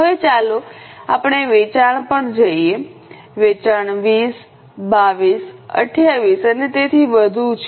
હવે ચાલો આપણે વેચાણ પર જઈએ વેચાણ 20 22 28 અને તેથી વધુ છે